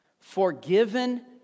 Forgiven